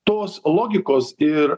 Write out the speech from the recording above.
tos logikos ir